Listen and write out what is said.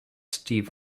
steve